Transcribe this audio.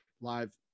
live